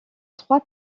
trois